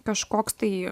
kažkoks tai